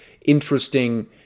interesting